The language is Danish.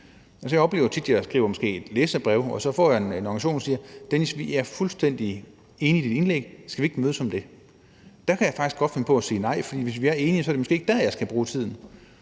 Jeg oplever tit, at jeg måske skriver et læserbrev, og så får jeg en henvendelse fra en organisation, der siger: Dennis, vi er fuldstændig enige i dit indlæg, skal vi ikke mødes om det? Der kan jeg faktisk godt finde på at sige nej, for hvis vi er enige, er det måske ikke der, jeg skal bruge tiden.